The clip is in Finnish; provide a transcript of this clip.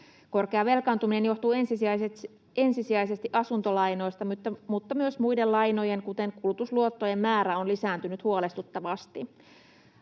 Korkea velkaantuminen johtuu ensisijaisesti asuntolainoista, mutta myös muiden lainojen kuten kulutusluottojen määrä on lisääntynyt huolestuttavasti.